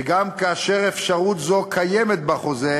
וגם כאשר אפשרות זו קיימת בחוזה,